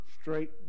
straight